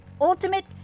ultimate